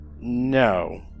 No